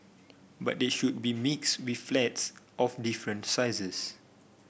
but they should be mixed with flats of different sizes